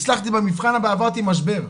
הצלחתי במבחן אבל עברתי משבר,